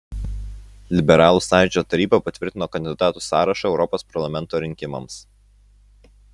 liberalų sąjūdžio taryba patvirtino kandidatų sąrašą europos parlamento rinkimams